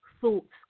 thoughts